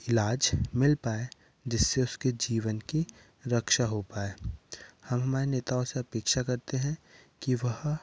इलाज मिल पाए जिससे उसके जीवन की रक्षा हो पाए हम हमारे नेताओं से अपेक्षा करते हैं कि वह